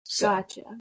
Gotcha